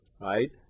right